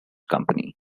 company